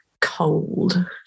cold